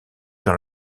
dans